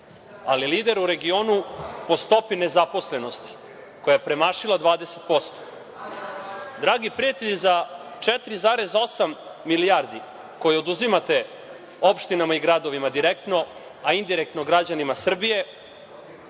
ali lider u regionu po stopi nezaposlenosti koja je premašila 20%. Dragi prijatelji, za 4,8 milijardi, koje oduzimate opštinama i gradovima direktno, a indirektno građanima Srbije,